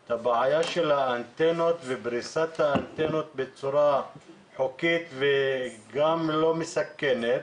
את הבעיה של האנטנות ופריסת האנטנות בצורה חוקית ולא מסכנת